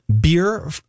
beer